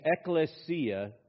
ecclesia